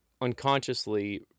unconsciously